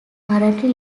currently